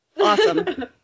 awesome